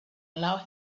allowed